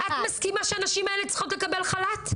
את מסכימה שהנשים האלה צריכות לקבל חל"ת?